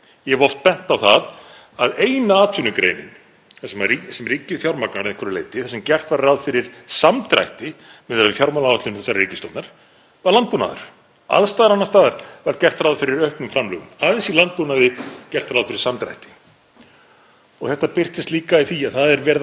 Alls staðar annars staðar var gert ráð fyrir auknum framlögum. Aðeins í landbúnaði var gert ráð fyrir samdrætti. Þetta birtist líka í því að verið er að moka ofan í skurði um allt land og eyðileggja landbúnaðarland í stað þess að auka framleiðslu.